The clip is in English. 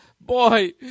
Boy